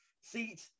seat